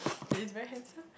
he is very handsome